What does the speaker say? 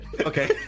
Okay